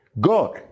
God